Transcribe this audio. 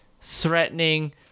threatening